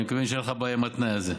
אני מקווה שאין לך בעיה עם התנאי הזה.